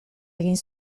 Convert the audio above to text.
egin